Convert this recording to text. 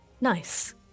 Nice